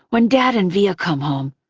when dad and via come home.